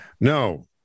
no